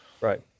Right